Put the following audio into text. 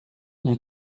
you